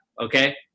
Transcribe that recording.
Okay